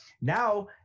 now